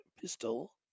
pistol